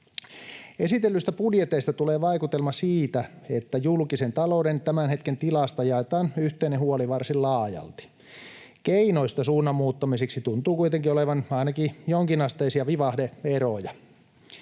Esitellyistä budjeteista tulee vaikutelma siitä, että julkisen talouden tämän hetken tilasta jaetaan yhteinen huoli varsin laajalti. Keinoista suunnan muuttamiseksi tuntuu kuitenkin olevan ainakin jonkinasteisia vivahde-eroja.